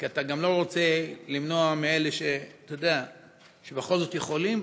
כי אתה גם לא רוצה למנוע מאלה שבכל זאת יכולים